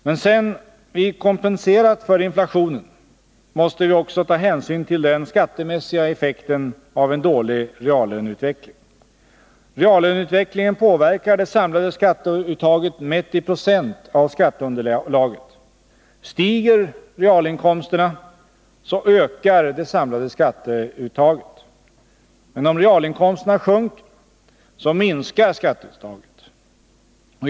Men sedan vi kompenserat för inflationen måste vi också ta hänsyn till den skattemässiga effekten av en dålig reallöneutveckling. Reallöneutvecklingen påverkar det samlade skatteuttaget mätt i procent av skatteunderlaget. Stiger realinkomsterna ökar det samlade skatteuttaget. Men om realinkomsterna sjunker, så minskar skatteuttaget.